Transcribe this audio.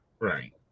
right